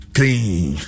Clean